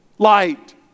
light